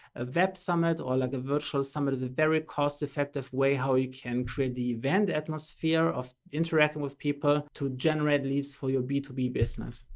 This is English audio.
summit or like a virtual summit is a very cost effective way how you can create the event atmosphere of interacting with people to generate leads for your b two b business.